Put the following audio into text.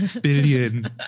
Billion